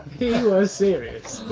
he was serious.